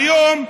היום,